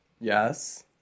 yes